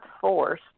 force